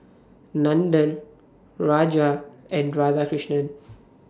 Nandan Raja and Radhakrishnan